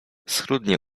schludnie